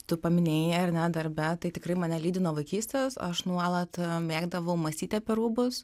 tu paminėjai ar ne darbe tai tikrai mane lydi nuo vaikystės aš nuolat mėgdavau mąstyti apie rūbus